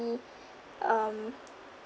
um